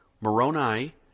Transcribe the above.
Moroni